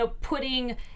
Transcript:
putting